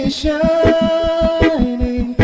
shining